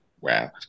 wow